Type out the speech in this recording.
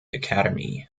academy